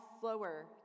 slower